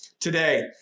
today